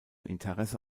interesse